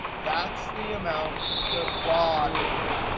that's the amount that rod earned.